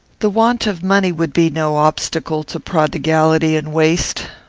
the want of money would be no obstacle to prodigality and waste.